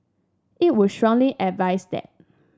it would strongly advise that